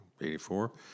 84